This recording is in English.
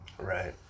right